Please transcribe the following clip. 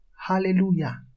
Hallelujah